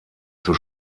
zur